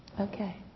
Okay